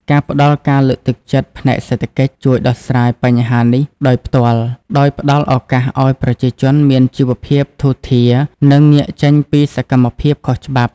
ការផ្តល់ការលើកទឹកចិត្តផ្នែកសេដ្ឋកិច្ច ជួយដោះស្រាយបញ្ហានេះដោយផ្ទាល់ ដោយផ្តល់ឱកាសឱ្យប្រជាជនមានជីវភាពធូរធារ និងងាកចេញពីសកម្មភាពខុសច្បាប់។